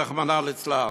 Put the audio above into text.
רחמנא ליצלן.